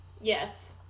Yes